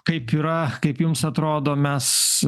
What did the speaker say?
kaip yra kaip jums atrodo mes